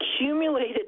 accumulated